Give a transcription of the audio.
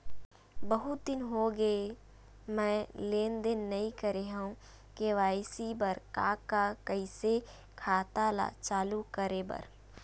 बहुत दिन हो गए मैं लेनदेन नई करे हाव के.वाई.सी बर का का कइसे खाता ला चालू करेबर?